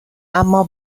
اما